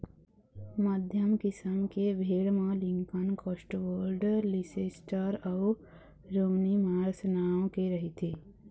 मध्यम किसम के भेड़ म लिंकन, कौस्टवोल्ड, लीसेस्टर अउ रोमनी मार्स नांव के रहिथे